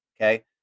Okay